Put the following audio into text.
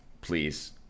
please